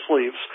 sleeves